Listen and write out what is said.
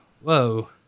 Whoa